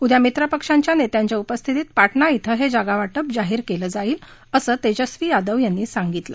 उद्या मित्रपक्षांच्या नेत्यांच्या उपस्थितीत पाटणा क्विं हे जागावाटप जाहीर केलं जाईल असं तेजस्वी यादव यांनी सांगितलं